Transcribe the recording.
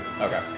Okay